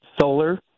solar